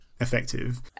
effective